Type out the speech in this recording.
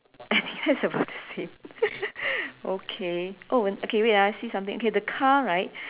I think that's about the same okay wait ah I see something okay the car right